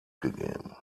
gegeben